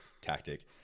tactic